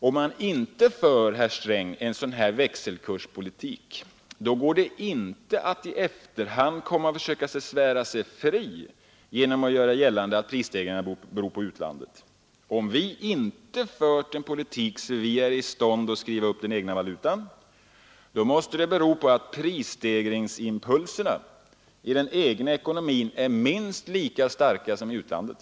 Om man inte fört, herr Sträng, en sådan växelkurspolitik går det inte att i efterhand försöka svära sig fri genom att göra gällande att prisstegringarna beror på utlandet. Om vi inte fört en sådan politik att vi är i stånd att skriva upp den egna valutan, måste det bero på att prisstegringsimpulserna i den egna ekonomin är minst lika starka som de är i utlandet.